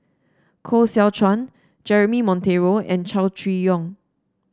Koh Seow Chuan Jeremy Monteiro and Chow Chee Yong